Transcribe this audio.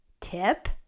tip